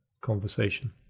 conversation